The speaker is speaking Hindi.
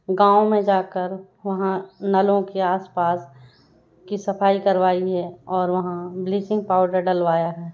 गाँव में जाकर वहाँ नलों के आस पास की सफाई करवाई है और वहाँ ब्लीचिंग पाउडर डलवाया है